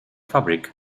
fabric